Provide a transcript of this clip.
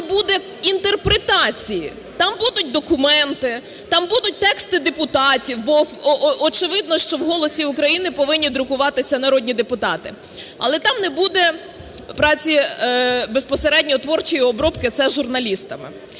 не буде інтерпретації. Там будуть документи, там будуть тексти депутатів, бо очевидно, що в "Голосі України" повинні друкуватися народні депутати, але там не буде праці, безпосередньо творчої обробки це журналістами.